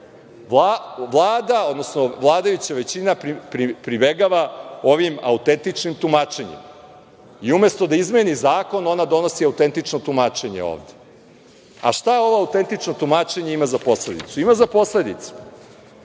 Vlada, odnosno vladajuća većina pribegava ovim autentičnim tumačenjima i umesto da izmeni zakon ona donosi autentično tumačenje ovde. Šta ovo autentično tumačenje ima za posledicu? Ima za posledicu